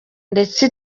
ndetse